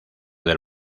del